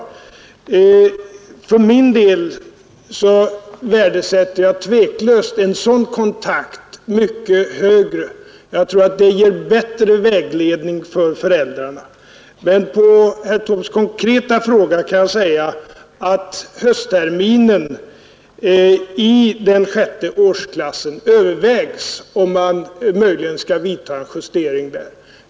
För min del värdesätter jag tveklöst en sådan kontakt mycket högre än ett betyg. Jag tror att den ger bättre vägledning för föräldrarna. På herr Taubes konkreta fråga kan jag säga att det beträffande höstterminen i 6:e arsklassen övervägs om man möjligen skall vidta en justering.